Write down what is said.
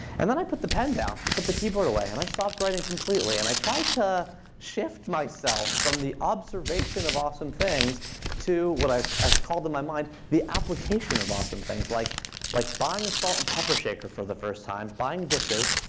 and then i put the pen down, put the keyboard away. and i stopped writing completely. and i tried to shift myself from the observation of awesome things to what i i called in my mind the application of awesome things, like like buying a salt and pepper shaker for the first time, buying dishes,